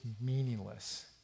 meaningless